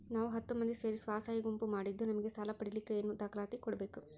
ನಾವು ಹತ್ತು ಮಂದಿ ಸೇರಿ ಸ್ವಸಹಾಯ ಗುಂಪು ಮಾಡಿದ್ದೂ ನಮಗೆ ಸಾಲ ಪಡೇಲಿಕ್ಕ ಏನೇನು ದಾಖಲಾತಿ ಕೊಡ್ಬೇಕು?